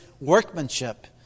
workmanship